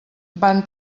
van